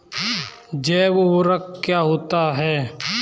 जैव ऊर्वक क्या है?